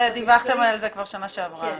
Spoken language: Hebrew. דיווחתם על זה כבר שנה שעברה.